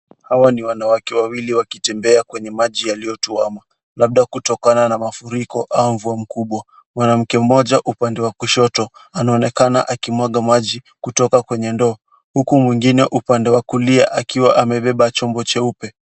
Hawa ni wanawake wawili wakitembea kwenye maji yaliyotuama labda kutokana na mafuriko au mvua mkubwa. Mwanamke mmoja upande wa kushoto anaonekana akimwaga maji kutoka kwenye ndoo huku mwingine upande wa kulia akiwa amebeba chombo cheupe.